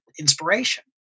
inspiration